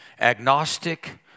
agnostic